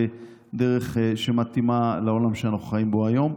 בדרך שמתאימה לעולם שאנחנו חיים בו היום,